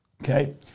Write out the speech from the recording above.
Okay